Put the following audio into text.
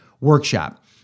workshop